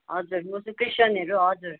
हजुर म चाहिँ क्रिस्चियनहरू हजुर